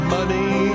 Money